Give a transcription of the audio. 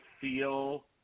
feel